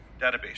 database